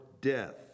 death